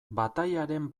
batailaren